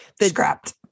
Scrapped